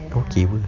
okay pun